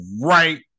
right